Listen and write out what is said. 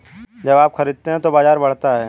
जब आप खरीदते हैं तो बाजार बढ़ता है